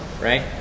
right